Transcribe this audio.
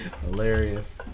Hilarious